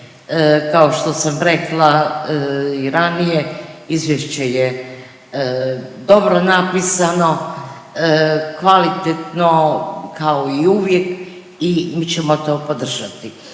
Kao što sam rekla i ranije izvješće je dobro napisano, kvalitetno kao i uvijek i mi ćemo to podržati.